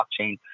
blockchain